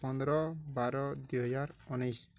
ପନ୍ଦର ବାର ଦୁଇହଜାର ଉଣେଇଶ